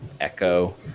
echo